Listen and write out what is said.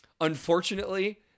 Unfortunately